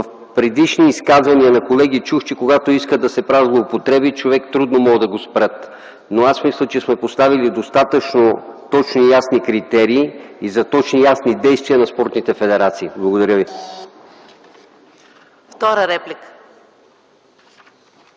В предишни изказвания на колеги чух, че когато искат да се правят злоупотреби, човек трудно могат да го спрат. Но аз мисля, че сме поставили достатъчно точни и ясни критерии, за точни и ясни действия на спортните федерации. Благодаря ви.